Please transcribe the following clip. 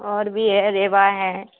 اور بھی ہے ریوا ہے